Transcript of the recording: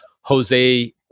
Jose